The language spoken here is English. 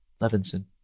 Levinson